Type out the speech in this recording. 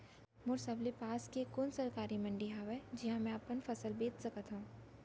मोर सबले पास के कोन सरकारी मंडी हावे जिहां मैं अपन फसल बेच सकथव?